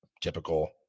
typical